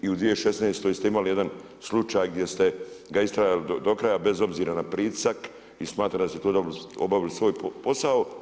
I u 2016. ste imali jedan slučaj gdje ste ga istrajali do kraja bez obzira na pritisak i smatram da ste tu dobro obavili svoj posao.